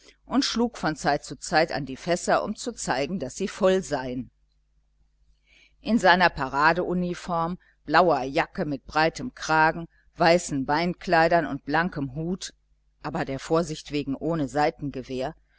und schlug von zeit zu zeit an die fässer um zu zeigen daß sie voll seien in seiner paradeuniform blauer jacke mit breitem kragen weißen beinkleidern und blankem hut aber der vorsicht wegen ohne